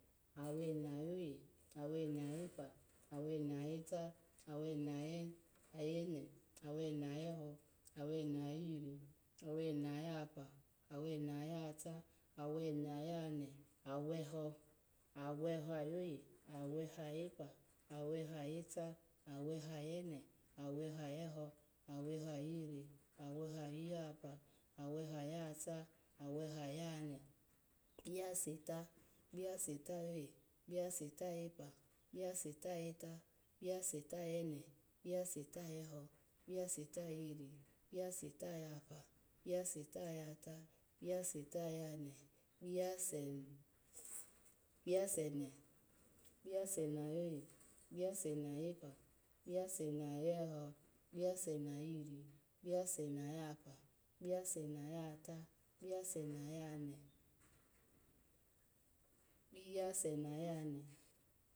Awene ayoye, awene ayepa, awene ayeta. awene yene, awene ayeho, awene ayehiri. awene ayahapa, awene ayahata, awene ayahane, aweho, aweho ayaye, aweho ayepa, aweho ayeta, aweho ayene, aweho ayeho, aweho, ayehiri, aweho ayehapa, aweho yahata, aweho ayahane, ikpiyasata, kai yasa ta ayoye, kpiyasata ayepa, kpiyasata ayeta, kpiyasata aye ne, kpiyasata ayeho kpiyasata ayehiri, kpiyasata aya hapa kpiyasata aya hata, kpiyasata ayahan kpiya kpiyasane, kpiyasane ayoye, kpiyasane ayepa, kpiyasene ayeta, akpiyasene ayene, kpiyasane ayeho, kpiyasane ayihiri. kpiyasane aya hapa, kpiyasane ayahata, kpiyasane ane kpiyasene ayahane